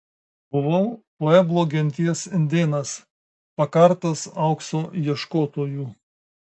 buvau pueblo genties indėnas pakartas aukso ieškotojų